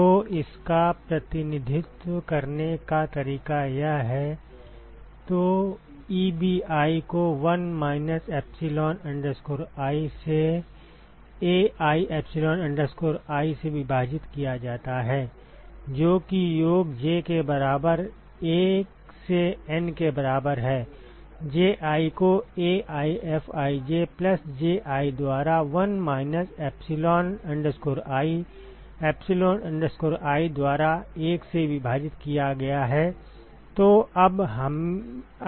तो इसका प्रतिनिधित्व करने का तरीका यह है तो Ebi को 1 माइनस epsilon i से Ai epsilon i से विभाजित किया जाता है जो कि योग J के बराबर 1 से N के बराबर है Ji को AiFij प्लस Ji द्वारा 1 minus epsilon i epsilon i द्वारा 1 से विभाजित किया गया है